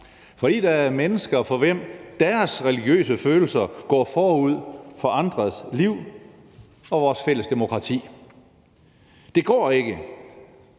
fordi der er mennesker, for hvem deres religiøse følelser går forud for andres liv og vores fælles demokrati. Det går ikke,